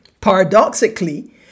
Paradoxically